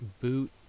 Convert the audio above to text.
boot